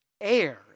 air